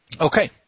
Okay